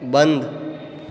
बन्द